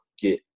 get